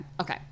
Okay